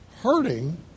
hurting